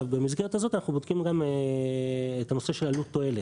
במסגרת הזאת אנחנו בודקים גם את הנושא של עלות מול תועלת.